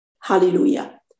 Hallelujah